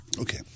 Okay